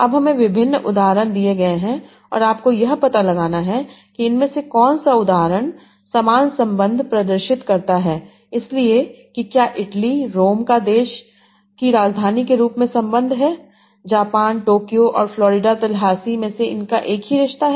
अब हमें विभिन्न उदाहरण दिए गए हैं और आपको यह पता लगाना है कि इनमें से कौन सा उदाहरण समान संबंध प्रदर्शित करता है इसलिए कि क्या इटली रोम का देश की राजधानी के रूप में संबंध है जापान टोक्यो और फ्लोरिडा तल्हासी में से इनका एक ही रिश्ता है